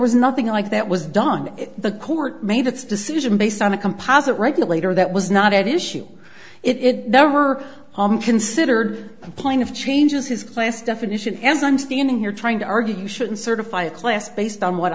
was nothing like that was done the court made its decision based on a composite regulator that was not at issue it never considered a point of changes his class definition as i'm standing here trying to argue you shouldn't certify a class based on what